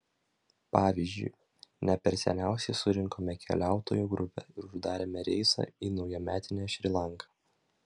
pavyzdžiui ne per seniausiai surinkome keliautojų grupę ir uždarėme reisą į naujametinę šri lanką